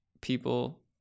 people